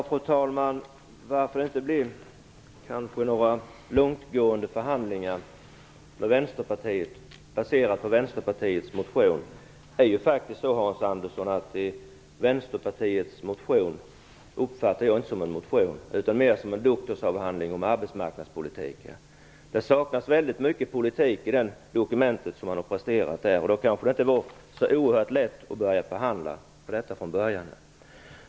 Fru talman! Anledningen till att det inte blev några långtgående förhandlingar med Vänsterpartiet baserade på partiets motion, Hans Andersson, är att jag inte uppfattar den som en motion utan mer som en doktorsavhandling om arbetsmarknadspolitiken. Det saknas väldigt mycket politik i det dokument man har presterat. Det var inte så oerhört lätt att börja förhandla utifrån detta från början.